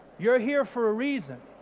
you're here for a reason.